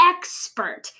expert